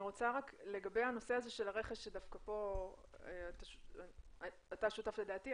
אני רוצה רק לגבי הנושא של הרכש שדווקא פה אתה שותף לדעתי,